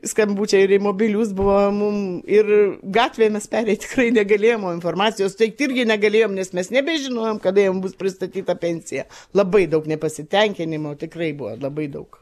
skambučiai ir į mobilius buvo mum ir gatvėmis pereit tikrai negalėjom informacijos teikt irgi negalėjom nes mes nebežinojom kada jiem bus pristatyta pensija labai daug nepasitenkinimo tikrai buvo labai daug